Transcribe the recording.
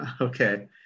Okay